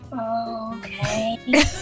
Okay